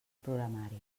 programari